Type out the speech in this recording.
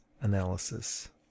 analysis